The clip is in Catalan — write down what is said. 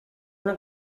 una